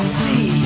see